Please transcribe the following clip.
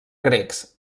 grecs